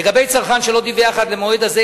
לגבי צרכן שלא דיווח עד למועד הזה,